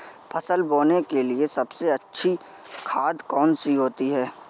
फसल बोने के लिए सबसे अच्छी खाद कौन सी होती है?